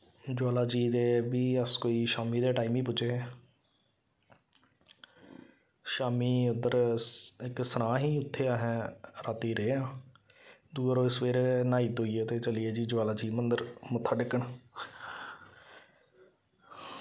ज्वाला जी दे बी अस कोई शामी दे टाईम गै पुज्जे शामी उद्धर इक सरांऽ ही उत्थै असें रातीं रेह् आं दूए रोज सवेरे न्हाई धोइयै ते चली गे जी ज्वाला जी मन्दर मत्था टेकन